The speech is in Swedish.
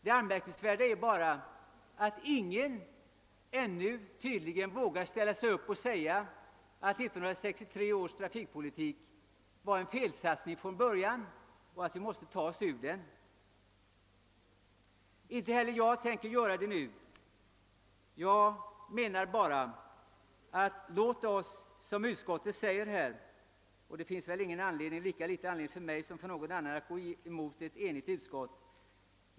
Det anmärkningsvärda är bara att tydligen ännu ingen vågar säga ifrån att 1963 års trafikpolitik redan från början var en felsatsning, vilkens konsekvenser vi nu måste försöka komma till rätta med. Inte heller jag tänker göra något sådant vid detta tillfälle. Det finns väl för mig lika litet som för någon annan anledning att gå emot ett helt enhälligt utskott.